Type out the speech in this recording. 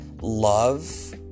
love